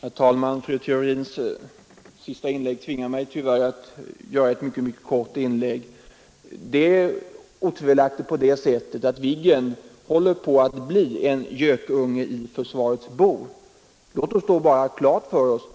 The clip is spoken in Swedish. Herr talman! Fru Theorins senaste anförande tvingar mig tyvärr att göra ett mycket kort inlägg. Det är otvivelaktigt på det sättet att Viggen håller på att bli en gökunge i försvarets bo. Låt oss då bara ha klart för an.